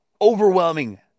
overwhelming